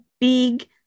big